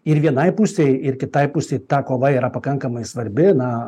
ir vienai pusei ir kitai pusei ta kova yra pakankamai svarbi na